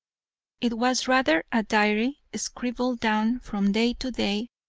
it was rather a diary scribbled down from day to day,